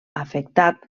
afectat